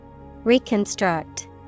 Reconstruct